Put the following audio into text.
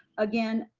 again,